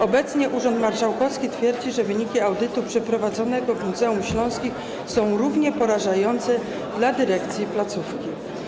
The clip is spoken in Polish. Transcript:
Obecnie urząd marszałkowski twierdzi, że wyniki audytu przeprowadzonego w Muzeum Śląskim są równie porażające dla dyrekcji placówki.